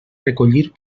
recollir